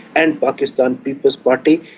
and pakistan people's party,